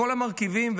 כל המרכיבים,